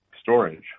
storage